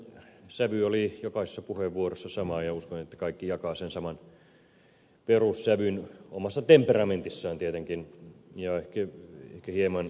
sävy oli jokaisessa puheenvuorossa sama ja uskon että kaikki jakavat sen saman perussävyn omassa temperamentissaan tietenkin ja ehkä hieman sävyeroja oli